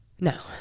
No